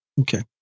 okay